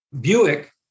Buick